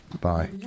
bye